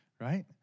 right